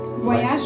voyage